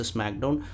SmackDown